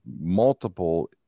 multiple